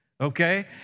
okay